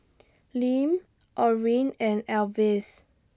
Lim Orrin and Elvis